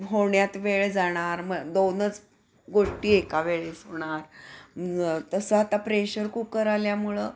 होण्यात वेळ जाणार मग दोनच गोष्टी एका वेळेस होणार तसं आता प्रेशर कुकर आल्यामुळं